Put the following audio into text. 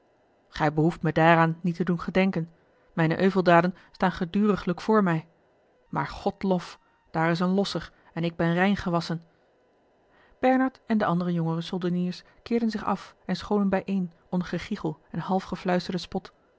gij behoeft me daaraan niet te doen gedenken mijne euveldaden staan geduriglijk voor mij maar god lof daar is een losser en ik ben rein gewasschen bernard en de andere jongere soldeniers keerden zich af en scholen bijeen onder gegichel en half gefluisterden spot